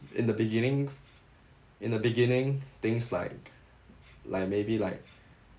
in the beginning in the beginning things like like maybe like